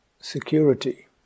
security